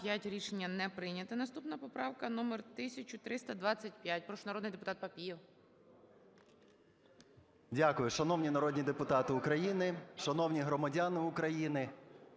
Рішення не прийнято. Наступна поправка номер 1325. Прошу, народний депутат Папієв. 13:06:19 ПАПІЄВ М.М. Дякую. Шановні народні депутати України, шановні громадяни України,